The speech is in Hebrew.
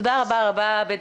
תודה רבה רבה, עבד.